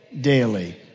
Daily